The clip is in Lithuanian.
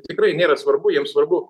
tikrai nėra svarbu jiems svarbu